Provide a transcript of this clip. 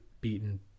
beaten